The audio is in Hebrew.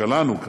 שלנו כאן,